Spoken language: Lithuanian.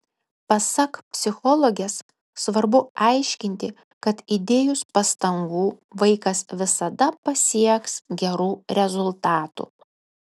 pasak psichologės svarbu aiškinti kad įdėjus pastangų vaikas visada pasieks gerų rezultatų